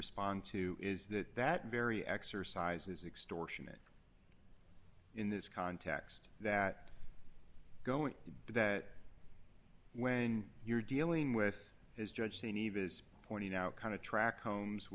respond to is that that very exercises extortionate in this context that going to that when you're dealing with is judge steven is pointing out kind of track homes